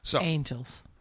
Angels